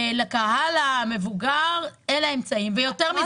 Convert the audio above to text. לקהל המבוגר אלה האמצעים -- מה ציפית,